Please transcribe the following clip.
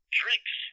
drinks